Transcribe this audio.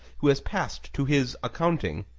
who has passed to his accounting